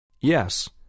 Yes